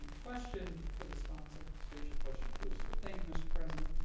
question for the sponsor state your question, please sir thank you mr. president